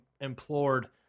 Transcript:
implored